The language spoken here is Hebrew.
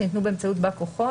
שניתנו באמצעות בא כוחו,